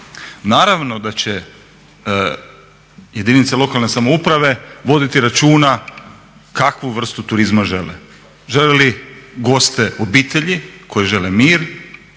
Naravno da će jedinice lokalne samouprave voditi računa kakvu vrstu turizma žele. Žele li goste obitelji koji žele mir